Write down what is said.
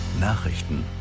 Nachrichten